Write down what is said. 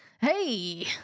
hey